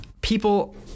people